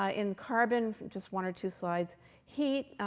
ah in carbon just one or two slides heat,